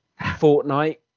Fortnite